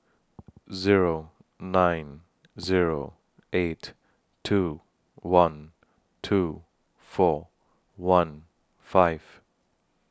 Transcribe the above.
Zero nine Zero eight two one two four one five